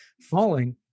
falling